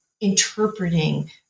interpreting